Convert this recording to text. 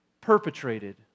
perpetrated